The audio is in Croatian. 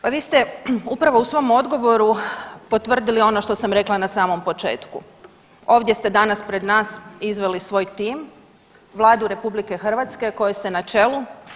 Pa vi ste upravo u svom odgovoru potvrdili ono što sam rekla na samom početku, ovdje ste danas pred nas izveli svoj tim, Vladu RH kojoj ste na čelu.